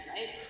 right